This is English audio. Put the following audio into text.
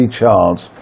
chance